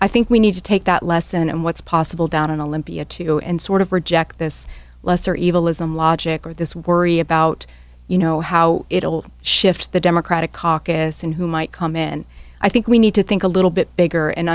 i think we need to take that lesson and what's possible down in olympia too and sort of reject this lesser evil ism logic or this worry about you know how it'll shift the democratic caucus and who might come in i think we need to think a little bit bigger and